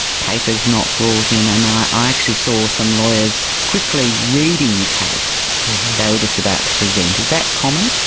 papers not brought in, and i i actually saw some lawyers quickly reading the case they were just about to present. is that common?